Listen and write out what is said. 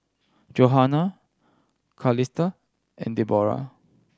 Johana Carlisle and Deborah